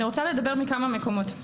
אני רוצה לדבר מכמה מקומות.